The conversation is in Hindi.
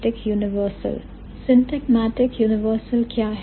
Syntagmatic universal क्या है